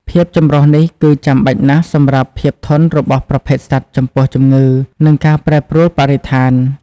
ភាពចម្រុះនេះគឺចាំបាច់ណាស់សម្រាប់ភាពធន់របស់ប្រភេទសត្វចំពោះជំងឺ និងការប្រែប្រួលបរិស្ថាន។